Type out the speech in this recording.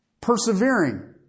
persevering